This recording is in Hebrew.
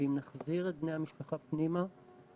ואם נחזיר את בני המשפחה פנימה ונבטיח